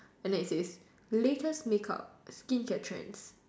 and then it says latest make up skin care trends